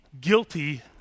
guilty